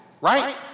right